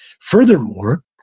Furthermore